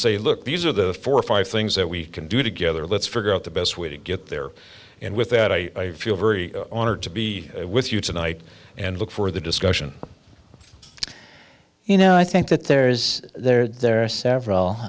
say look these are the four or five things that we can do together let's figure out the best way to get there and with that i feel very honored to be with you tonight and look for the discussion you know i think that there is there there are several